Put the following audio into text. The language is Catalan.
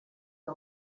que